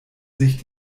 sich